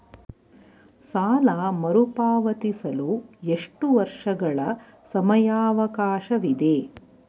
ಸಾಲ ಮರುಪಾವತಿಸಲು ಎಷ್ಟು ವರ್ಷಗಳ ಸಮಯಾವಕಾಶವಿದೆ?